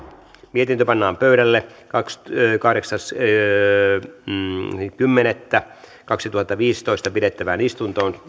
mietintö pannaan pöydälle kahdeksas kymmenettä kaksituhattaviisitoista pidettävään täysistuntoon